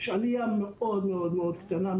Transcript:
יש עלייה מאוד מאוד קטנה,